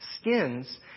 skins